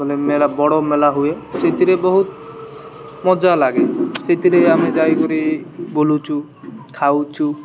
ମାନେ ମେଳା ବଡ଼ ମେଳା ହୁଏ ସେଇଥିରେ ବହୁତ ମଜା ଲାଗେ ସେଇଥିରେ ଆମେ ଯାଇକରି ବୁଲୁଛୁ ଖାଉଛୁ